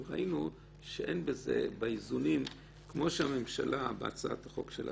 אבל ראינו שכמו שהממשלה בהצעת החוק שלה